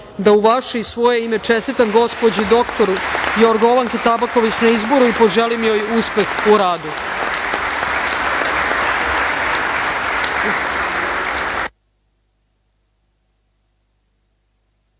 da, u vaše i u svoje ime, čestitam gospođi dr Jorgovanki Tabaković na izboru i poželim joj uspeh u radu.